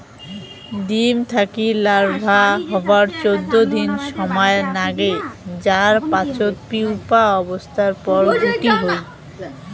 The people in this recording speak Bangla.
ডিম থাকি লার্ভা হবার চৌদ্দ দিন সমায় নাগে যার পাচত পিউপা অবস্থার পর গুটি হই